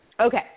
Okay